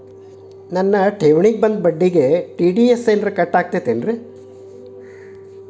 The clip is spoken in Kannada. ನನ್ನ ಠೇವಣಿಗೆ ಬಂದ ಬಡ್ಡಿಗೆ ಟಿ.ಡಿ.ಎಸ್ ಕಟ್ಟಾಗುತ್ತೇನ್ರೇ?